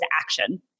action